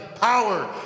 power